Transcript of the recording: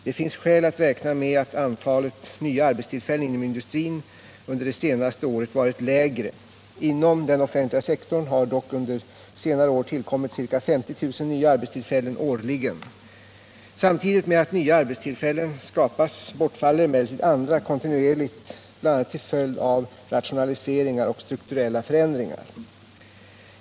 Det finns skäl att räkna med att antalet nya arbetstillfällen inom industrin under det senaste året varit lägre. Inom den offentliga sektorn har dock under senare år tillkommit ca 50 000 nya arbetstillfällen årligen. Samtidigt med att nya arbetstillfällen skapas bortfaller emellertid andra kontinuerligt, bl.a. till följd av rationaliseringar och strukturella förändringar.